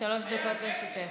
שלוש דקות לרשותך.